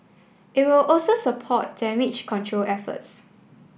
it will also support damage control efforts